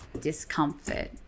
discomfort